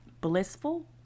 blissful